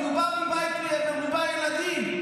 כי הוא בא מבית מרובה ילדים,